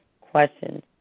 questions